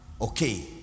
Okay